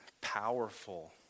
powerful